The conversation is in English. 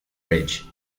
ridge